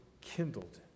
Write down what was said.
kindled